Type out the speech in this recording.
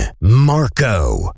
Marco